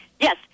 Yes